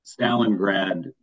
stalingrad